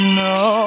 no